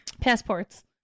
passports